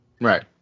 Right